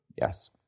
Yes